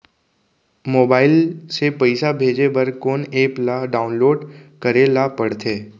Mobile से पइसा भेजे बर कोन एप ल डाऊनलोड करे ला पड़थे?